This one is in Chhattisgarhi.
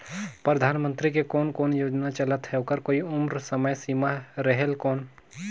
परधानमंतरी के कोन कोन योजना चलत हे ओकर कोई उम्र समय सीमा रेहेल कौन?